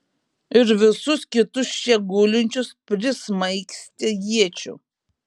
ir visus kitus čia gulinčius prismaigstė iečių